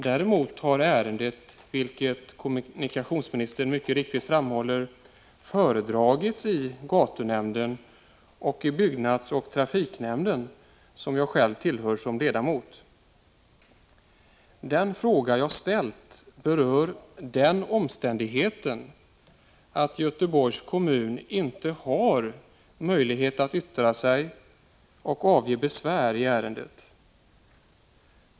Däremot har ärendet, vilket kommunikationsministern mycket riktigt framhåller, föredragits i gatunämnden samt i byggnadsnämnden och i trafiknämnden, som jag själv är ledamot av. Den fråga som jag har ställt berör den omständigheten att Göteborgs kommun inte har möjlighet att yttra sig och att avge besvär i ärendet.